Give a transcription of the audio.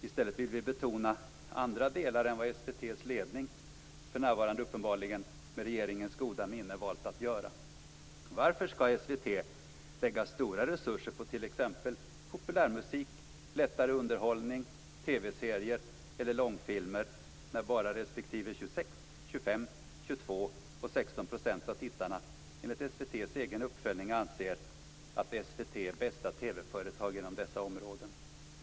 I stället vill vi betona andra delar än vad SVT:s ledning, för närvarande uppenbarligen med regeringens goda minne, valt att göra. Varför skall SVT lägga stora resurser på t.ex. populärmusik, lättare underhållning, TV-serier eller långfilmer när bara 26, 25, 22 respektive 16 % av tittarna enligt SVT:s egen uppföljning anser att SVT är bästa TV-företag inom dessa områden?